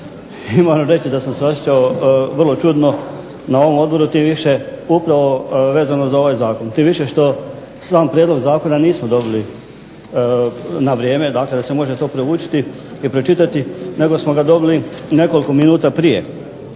i moram reći da sam se osjećao vrlo čudno na ovom odboru tim više upravo vezano za ovaj zakon, tim više što sam Prijedlog zakona nismo dobili na vrijeme dakle da se može to proučiti i pročitati nego smo ga dobili nekoliko minuta prije